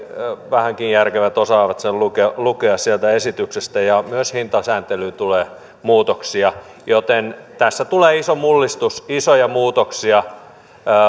vähänkin järkevät osaavat sen lukea lukea sieltä esityksestä ja myös hintasääntelyyn tulee muutoksia joten tässä tulee iso mullistus isoja muutoksia